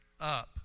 Up